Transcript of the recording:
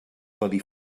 codi